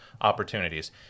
opportunities